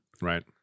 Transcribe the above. Right